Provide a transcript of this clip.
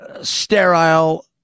sterile